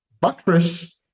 buttress